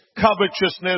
covetousness